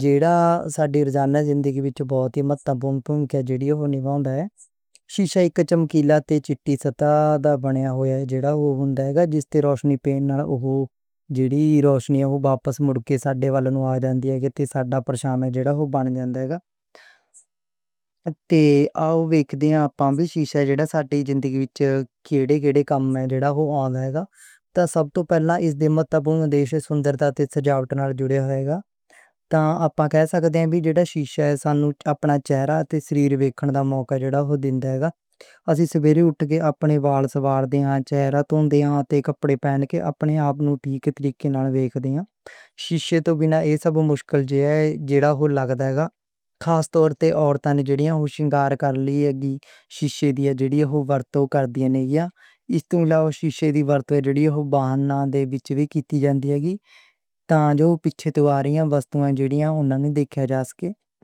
جیہڑا ساڈی روزانہ زندگی وچ بہت ہی مہتوپورن ہے۔ سیسہ اک چمکیلا تے سیدھی سطح تے بنایا ہویا ہے جس تے روشنی پہن دی ہے تے اوہ جیہڑی روشنی ہے واپس مُڑ کے ساڈے ول آ جاندی ہے، جیہڑا ساڈا پرچھاواں ہووے جیہڑا اوہ بن جاوے گا۔ تے آؤ وضاحت دیئیے سیسہ ساڈی زندگی وچ کیڑے کِڑے کم نوں جیہڑا اوہ آؤندا ہے۔ تے سب توں پہلا اس دے مکھ مقصد خوبصورتی دی سجاوٹ نال جڑیا ہویا ہے۔ تاں اپّا کِس طرح سیسے وچ ساڈے چہرے تے شریر ویکھن دا جیہڑا موقعہ جیہڑا اوہ دیندا ہے۔ اسی سویرے اُٹھ کے اپنے وال سوار دے ہاں تے چہرے نوں صاف کر دے ہاں تے کپڑے پہن کے اپنے آپ نوں ٹھیک ٹھاک ہویا ویکھ دے ہاں۔ سیسے توں وینا ایہ سب مشکل ہے جیہڑا اوہ لگدا ہے۔ خاص طور تے عورت نوں سنگار لئی جیہڑا سیسے دی وڈی ورتوں ہوندی ہے جدوں اوہ ورتدی ہے۔ اس توں علاوہ سیسے دی ورتوں جیہڑی اوہ بہناں دے وچ وی کیتی جا سکدی تاکہ پچھّے واریاں بسّاں گڈّیاں اونہاں وی ویکھیاں جا سکدیاں۔